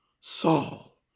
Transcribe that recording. Saul